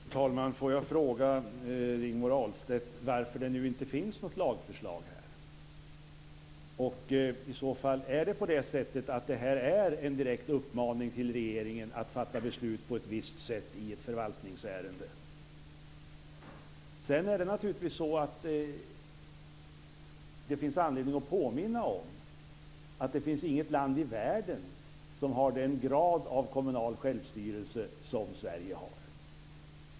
Fru talman! Får jag fråga Rigmor Stenmark varför det nu inte finns något lagförslag. Och i så fall: Är det på det sättet att detta är en direkt uppmaning till regeringen att fatta beslut på ett visst sätt i ett förvaltningsärende? Sedan finns det naturligtvis anledning att påminna om att det inte finns något land i världen som har den grad av kommunal självstyrelse som Sverige har.